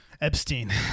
Epstein